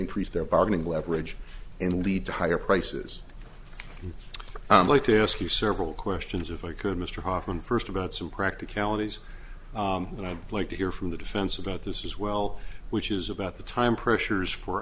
increase their bargaining leverage and lead to higher prices like to ask you several questions if i could mister often first about some practicalities and i'd like to hear from the defense about this as well which is about the time pressures